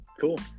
Cool